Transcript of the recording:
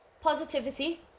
positivity